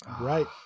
Right